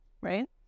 right